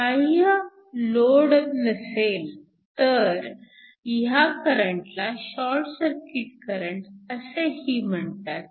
बाह्य लोड नसेल तर ह्या करंटला शॉर्ट सर्किट करंट असेही म्हणतात